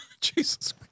Jesus